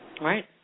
Right